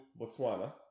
Botswana